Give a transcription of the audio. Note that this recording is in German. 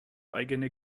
eigene